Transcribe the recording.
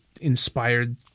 inspired